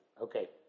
Okay